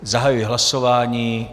Zahajuji hlasování.